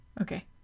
Okay